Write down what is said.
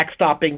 backstopping